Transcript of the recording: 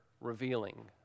revealing